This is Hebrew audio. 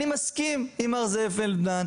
אני מסכים עם מר זאב פלדמן,